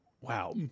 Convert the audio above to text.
wow